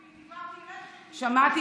שמעתי,